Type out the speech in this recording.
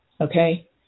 okay